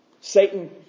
Satan